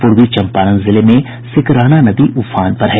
पूर्वी चम्पारण जिले में सिकरहना नदी उफान पर है